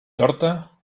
torta